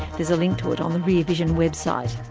there's a link to it on the rear vision website.